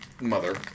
mother